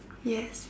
yes